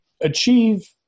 achieve